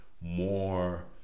more